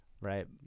right